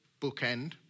bookend